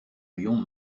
lion